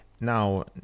now